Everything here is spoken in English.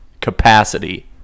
capacity